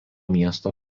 miesto